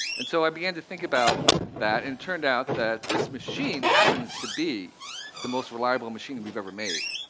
and so i began to think about that. and it turned out that this machine happens to be the most reliable machine that we've ever made.